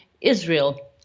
Israel